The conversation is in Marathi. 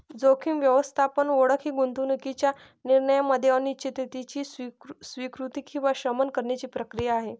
जोखीम व्यवस्थापन ओळख ही गुंतवणूकीच्या निर्णयामध्ये अनिश्चिततेची स्वीकृती किंवा शमन करण्याची प्रक्रिया आहे